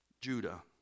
Judah